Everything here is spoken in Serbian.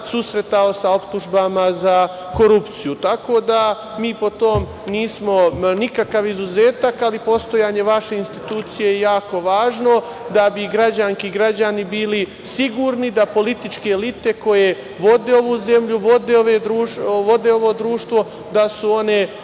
susretao sa optužbama za korupciju. Tako da, mi po tome nismo nikakav izuzetak, ali postojanje vaše institucije je jako važno, da bi građanke i građani bili sigurni da političke elite koje vode ovu zemlju, vode ovo društvo, da se one